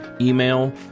email